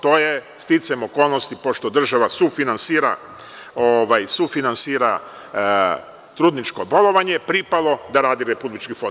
To je, sticajem okolnosti, pošto država sufinansira trudničko bolovanje, pripalo da radi Republički fond.